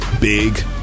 Big